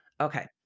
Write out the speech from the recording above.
Okay